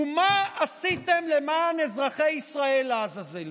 ומה עשיתם למען אזרחי ישראל, לעזאזל?